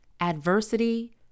Adversity